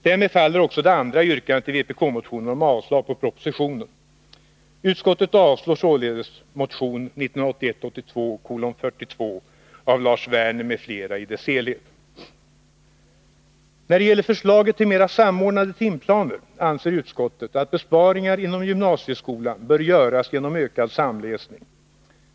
Därmed faller också det andra yrkandet i vpk-motionen om avslag på propositionen. Utskottet avstyrker således motion 1981/82:42 av Lars Werner m.fl. i dess helhet. När det gäller förslaget till mer samordnade timplaner anser utskottet att besparingar inom gymnasieskolan bör göras genom ökad samläsning.